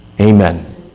Amen